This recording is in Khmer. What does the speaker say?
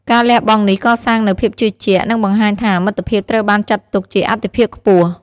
ការលះបង់នេះកសាងនូវ ភាពជឿជាក់ និងបង្ហាញថា មិត្តភាពត្រូវបានចាត់ទុកជាអាទិភាពខ្ពស់។